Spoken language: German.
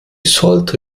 sollte